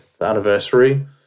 anniversary